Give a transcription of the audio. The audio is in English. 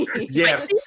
Yes